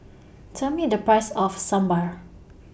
Tell Me The Price of Sambar